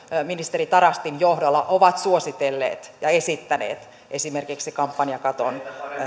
ministeri tarastin johdolla ovat suositelleet ja esittäneet esimerkiksi kampanjakaton